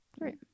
great